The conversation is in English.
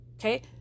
okay